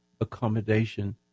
accommodation